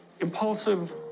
impulsive